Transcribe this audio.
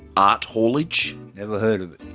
art haulage? never heard of it.